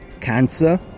cancer